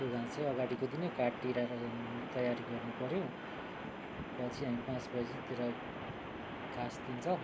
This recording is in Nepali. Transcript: त्यो घाँस चाहिँ अगाडिको दिन नै काटिराखेर तयारी गर्नुपऱ्यो पछि हामी पाँच बजीतिर घाँस दिन्छौँ